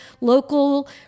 local